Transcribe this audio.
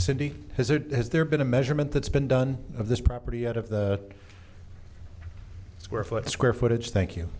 cindy has it has there been a measurement that's been done of this property out of the square foot square footage thank you